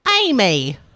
amy